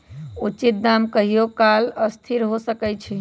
उचित दाम कहियों काल असथिर हो सकइ छै